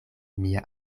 mia